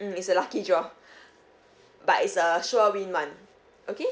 mm is a lucky draw but is a sure win [one] okay